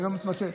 בעלי אקספרס,